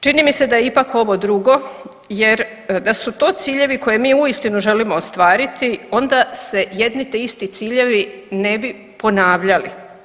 Čini mi se da je ipak ovo drugo jer da su to ciljevi koje mi uistinu želimo ostvariti onda se jedni te isti ciljevi ne bi ponavljali.